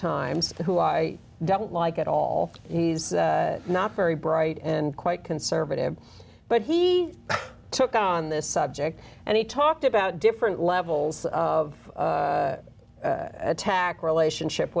times who i don't like at all he's not very bright and quite conservative but he took on this subject and he talked about different levels of attack relationship